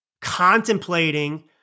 Contemplating